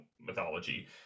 mythology